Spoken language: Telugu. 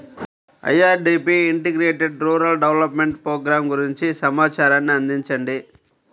IRDP integrated rural development programme గురించి సమాచారాన్ని అందించండి?